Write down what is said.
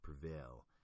prevail